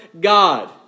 God